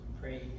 pray